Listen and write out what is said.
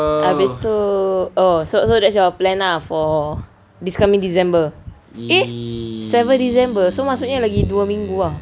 habis tu oh so that's your so that's your plan ah for this coming december eh seven december so maksudnya lagi dua minggu ah